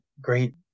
great